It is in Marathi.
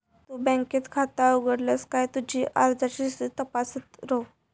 तु बँकेत खाता उघडलस काय तुझी अर्जाची स्थिती तपासत रव